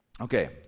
Okay